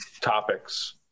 topics